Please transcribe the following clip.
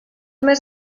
més